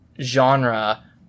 genre